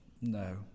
No